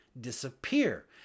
disappear